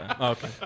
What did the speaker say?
Okay